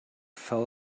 fell